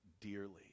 dearly